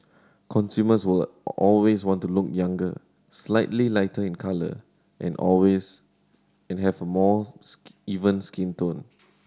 consumers will always want to look younger slightly lighter in colour and always and have a more skin even skin tone